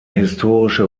historische